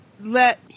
let